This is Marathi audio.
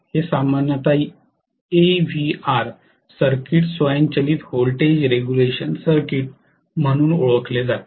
हे सामान्यत एव्हीआर सर्किट स्वयंचलित व्होल्टेज रेगुलेशन सर्किट म्हणून ओळखले जाते